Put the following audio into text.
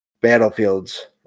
battlefields